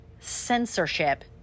censorship